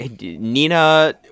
Nina